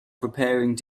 preparing